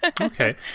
Okay